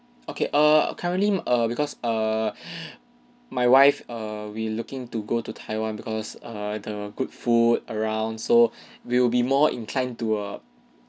okay err currently err because err my wife err we looking to go to taiwan because err the good food around so we'll be more inclined to err